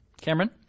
Cameron